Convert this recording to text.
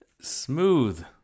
Smooth